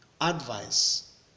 advice